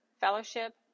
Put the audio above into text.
fellowship